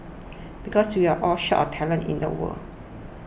because we are all short of talent in the world